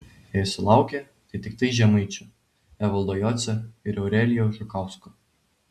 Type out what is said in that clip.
jei sulaukė tai tiktai žemaičių evaldo jocio ir eurelijaus žukausko